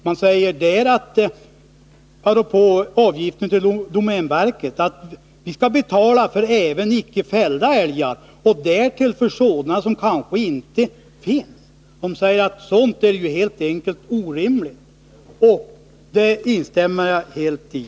Det sägs där, apropå avgiften till domänverket: Vi skall betala för även icke fällda älgar, och därtill för sådana som kanske inte finns. Sådant är helt enkelt orimligt, säger man. — Det instämmer jag helt i.